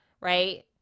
Right